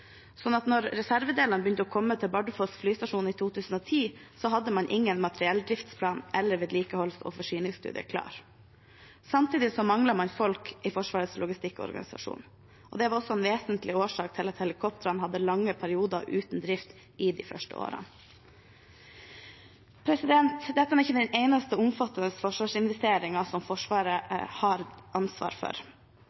reservedelene begynte å komme til Bardufoss flystasjon i 2010, hadde man ingen materielldriftsplan eller vedlikeholds- og forsyningsstudie klar. Samtidig manglet man folk i Forsvarets logistikkorganisasjon. Det var også en vesentlig årsak til at helikoptrene hadde lange perioder uten drift i de første årene. Dette er ikke den eneste omfattende forsvarsinvesteringen som Forsvaret